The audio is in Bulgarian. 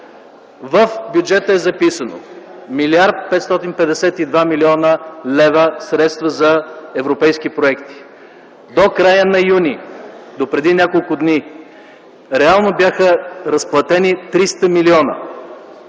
В бюджета е записано – 1 млрд. 552 млн. лв. средства за европейски проекти. До края на м. юни, до преди няколко дни, реално бяха разплатени 300 млн. При